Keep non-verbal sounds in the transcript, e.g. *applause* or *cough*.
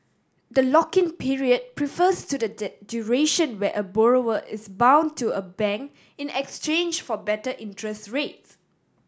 the lock in period prefers to the *unintelligible* duration where a borrower is bound to a bank in exchange for better interest rates